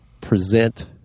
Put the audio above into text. present